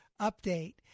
update